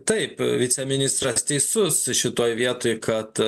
taip viceministras teisus šitoj vietoj kad